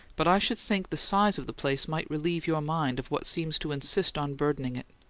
but i should think the size of the place might relieve your mind of what seems to insist on burdening it.